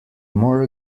more